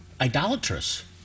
idolatrous